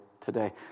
today